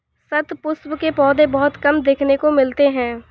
शतपुष्प के पौधे बहुत कम देखने को मिलते हैं